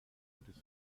gutes